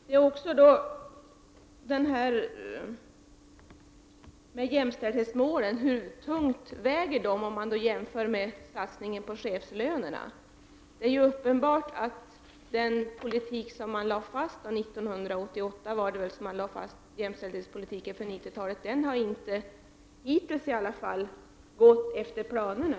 Hur tungt väger jämställdhetsmålen om man jämför med satsningen på chefslönerna? Det är uppenbart att den jämställdhetspolitik för 90-talet som lades fast 1988 i alla fall hittills inte har följt planerna.